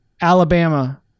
Alabama